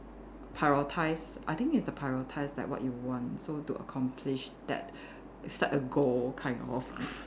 prioritise I think it's the prioritise like what you want so to accomplish that it's like a goal kind of